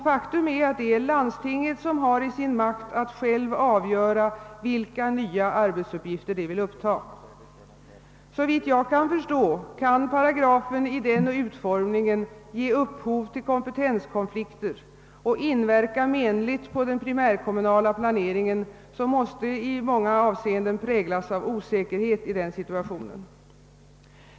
Taktum är att landstinget självt har i sin makt att avgöra vilka nya arbetsuppgifter det vill upptaga. Såvitt jag kan förstå kan paragrafen i denna utformning bli upphov till kompetenskonflikter och inverka menligt på den primärkommunala planeringen, som i många avseenden måste präglas av osäkerhet i denna situation.